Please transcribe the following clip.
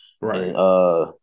Right